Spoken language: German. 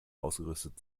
ausgerüstet